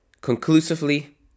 conclusively